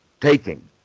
taking